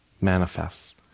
manifests